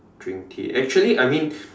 drink tea actually I mean